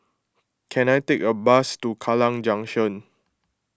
can I take a bus to Kallang Junction